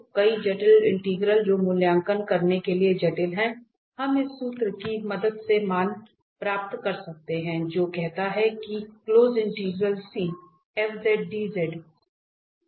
तो कई जटिल इंटेग्रल जो मूल्यांकन करने के लिए जटिल हैं हम इस सूत्र की मदद से मान प्राप्त कर सकते हैं जो कहता है कि है